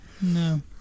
no